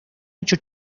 hecho